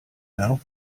now